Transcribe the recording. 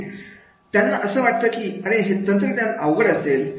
नाही त्यांना असं वाटतं की अरे हे तंत्रज्ञान अवघड असेल